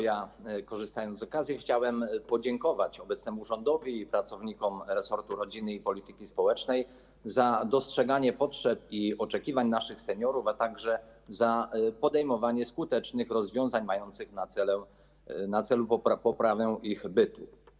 Ja, korzystając z okazji, chciałem podziękować obecnemu rządowi i pracownikom resortu rodziny i polityki społecznej za dostrzeganie potrzeb i oczekiwań naszych seniorów, a także za podejmowanie skutecznych rozwiązań mających na celu poprawę ich bytu.